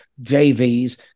JVs